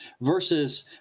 versus